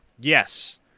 Yes